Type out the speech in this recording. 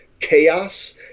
chaos